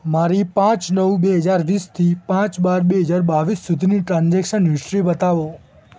મારી પાંચ નવ બે હજાર વીસથી પાંચ બાર બે હજાર બાવીસ સુધીની ટ્રાન્ઝૅક્શન હિસ્ટ્રી બતાવો